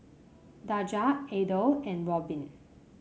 Daja Adel and Robin